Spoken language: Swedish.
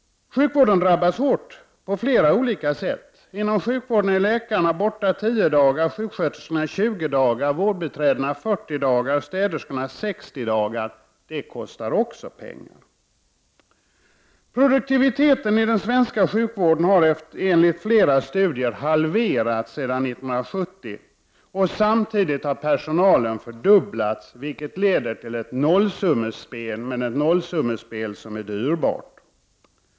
Sjukvården drabbas hårt på flera olika sätt. Inom sjukvården är läkarna borta 10 dagar, sjuksköterskorna 20 dagar, vårdbiträdena 40 dagar och städerskorna 60 dagar om året. Det kostar också pengar. Produktiviteten i den svenska sjukvården har enligt flera studier halverats sedan 1970, och samtidigt har personalen fördubblats, vilket kan liknas vid ett nollsummespel, men ett nollsummespel som är dyrbart.